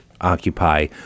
occupy